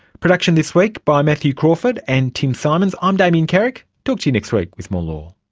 production this week by matthew crawford and tim symonds. i'm damien carrick, talk to you next week with more law